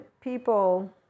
people